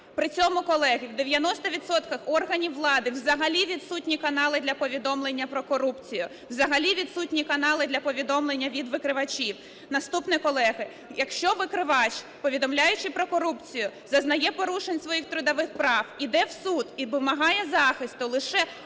При цьому, колеги, в 90 відсотках органів влади взагалі відсутні канали для повідомлення про корупцію, взагалі відсутні канали для повідомлення від викривачів. Наступне, колеги. Якщо викривач, повідомляючи про корупцію, зазнає порушень своїх трудових прав, іде в суд і вимагає захисту, лише